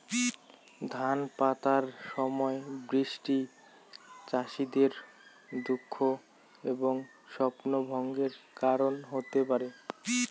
ধান পাকার সময় বৃষ্টি চাষীদের দুঃখ এবং স্বপ্নভঙ্গের কারণ হতে পারে